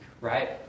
right